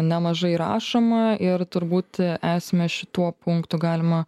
nemažai rašoma ir turbūt esmę šituo punktu galima